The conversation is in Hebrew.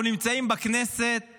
אנחנו נמצאים בכנסת